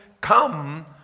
come